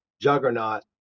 juggernaut